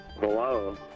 Hello